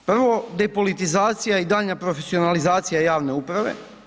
Prvo, depolitizacija i daljnja profesionalizacija javne uprave.